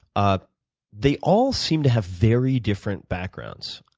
ah they all seem to have very different backgrounds.